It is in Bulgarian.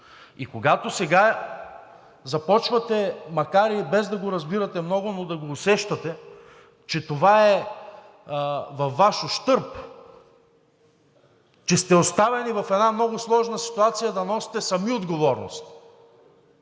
когато започвате, макар и без да го разбирате много, но да го усещате, че това е във Ваш ущърб, че сте оставени в една много сложна ситуация да носите сами отговорност